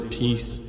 peace